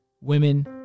women